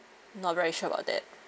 not very sure about that